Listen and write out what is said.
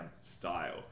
style